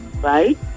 right